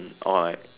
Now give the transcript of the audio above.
alright